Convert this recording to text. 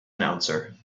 announcer